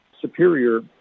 superior